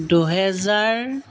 দুহেজাৰ